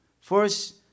First